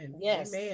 Yes